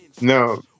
No